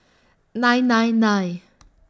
nine nine nine